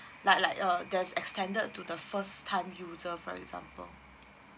like like uh there's extended to the first time user for example